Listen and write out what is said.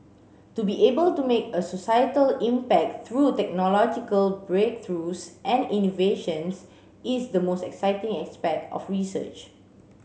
to be able to make a societal impact through technological breakthroughs and innovations is the most exciting aspect of research